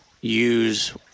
use